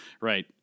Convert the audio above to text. right